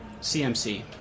CMC